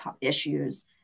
issues